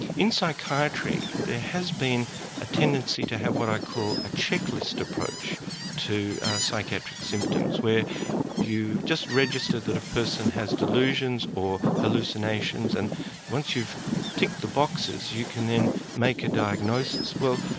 in psychiatry there has been a tendency to have what i call a check-list approach to psychiatric symptoms, where you just register that a person has delusions, or hallucinations and once you've ticked the boxes you can then make a diagnosis. well,